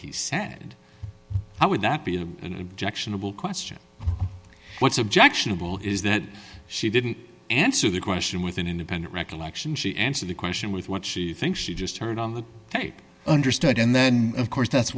he said i would that be objectionable question what's objectionable is that she didn't answer the question with an independent recollection she answered the question with what she thinks she just heard on the tape understood and then of course that's